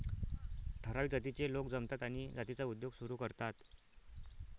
ठराविक जातीचे लोक जमतात आणि जातीचा उद्योग सुरू करतात